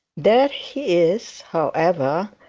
there he is, however,